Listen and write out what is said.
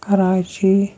Karachi